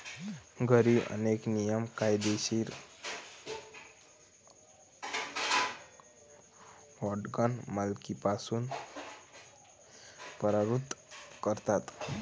घरी, अनेक नियम कायदेशीर हँडगन मालकीपासून परावृत्त करतात